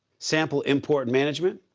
sample import management.